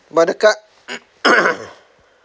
but the car